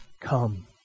come